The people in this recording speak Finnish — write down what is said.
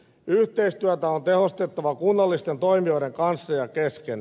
yhteistyötä on tehostettava kunnallisten toimijoiden kanssa ja kesken